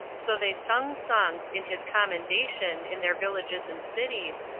so they sung songs in his commendation in their villages and cities,